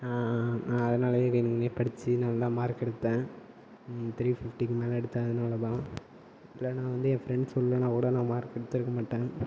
நான் அதனாலயே வேணுமினே படித்து நல்லா மார்க் எடுத்தேன் த்ரீ ஃபிஃப்டிக்கு மேல் எடுத்தேன் அதனாலதான் இல்லைனா நான் வந்து என் ஃப்ரெண்ட்ஸ் சொல்லேனா அவ்வளோ மார்க் எடுத்திருக்க மாட்டேன்